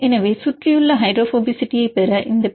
எனவே சுற்றியுள்ள ஹைட்ரோபோபசிட்டியைப் பெற இந்த பி